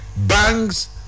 Banks